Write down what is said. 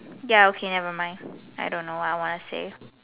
ya okay never mind I don't know what I want to say